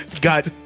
Got